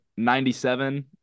97